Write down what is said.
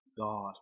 God